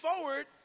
forward